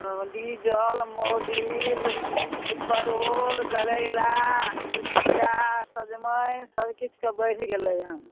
हँ diesel Mobil परोड़ करैला खीरा सजमनि सब किछुके बढ़ि गेलै हन